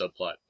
subplot